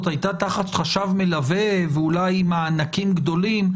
הייתה תחת חשב מלווה ואולי היא עם מענקים גדולים,